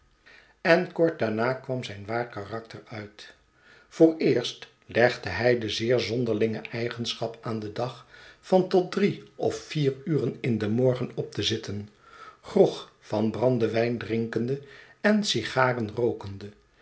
en kort daarna kwam zijn waar karakter uit vooreerst legde hij de zeer zonder linge eigenschap aan den dag van tot drie of vier uren in den morgen op te zitten grog van brandewijn drinkende en sigaren rookende